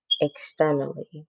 externally